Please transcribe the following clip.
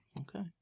okay